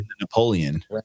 napoleon